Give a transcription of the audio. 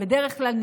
בדרך כלל.